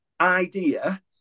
idea